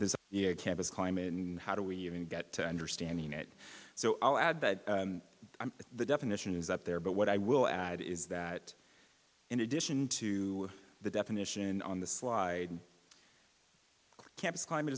this campus climate and how do we even get to understanding it so i'll add that the definition is up there but what i will add is that in addition to the definition on the sly campus climate